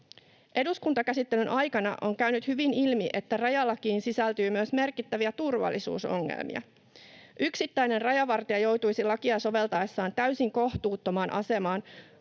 Eduskuntakäsittelyn aikana on käynyt hyvin ilmi, että rajalakiin sisältyy myös merkittäviä turvallisuusongelmia. Yksittäinen rajavartija joutuisi lakia soveltaessaan täysin kohtuuttomaan asemaan,